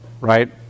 right